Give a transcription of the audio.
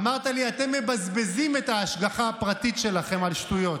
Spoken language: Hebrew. אמרת לי: אתם מבזבזים את ההשגחה הפרטית שלכם על שטויות.